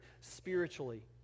spiritually